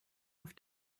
auf